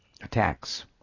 attacks